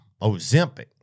Ozempic